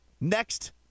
next